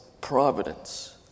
providence